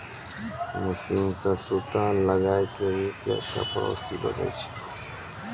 machine मे सूता लगाय करी के कपड़ा सिलो जाय छै